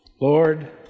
Lord